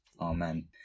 Amen